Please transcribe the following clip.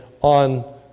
on